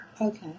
okay